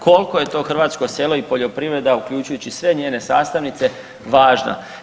Koliko je to hrvatsko selo i poljoprivreda, uključujući sve njezine sastavnice važna.